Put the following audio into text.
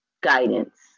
guidance